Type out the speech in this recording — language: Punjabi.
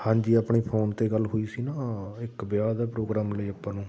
ਹਾਂਜੀ ਆਪਣੀ ਫ਼ੋਨ 'ਤੇ ਗੱਲ ਹੋਈ ਸੀ ਨਾ ਇੱਕ ਵਿਆਹ ਦਾ ਪ੍ਰੋਗਰਾਮ ਲਈ ਆਪਾਂ ਨੂੰ